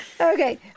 Okay